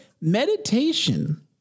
meditation